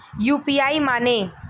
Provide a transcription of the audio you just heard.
UPI माने?